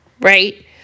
right